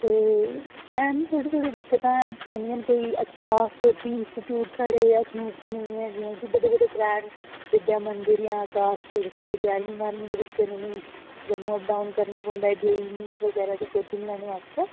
ते है'न थोह्ड़ी थोह्ड़ी दिक्कतां है'न पौंदियां न कोई अच्छा कोचिंग इंस्टीच्यूट साढ़े अखनूर च नेईं ऐ जेह्के त्रैऽ बड्डे बड्डे विद्या मंदिर आकाश च जेह्ड़े ञारमीं बारहमीं दे बच्चे न उ'नेईं जम्मू अप डाऊन करना पौंदा बगैरा दी कोचिंग लैने आस्तै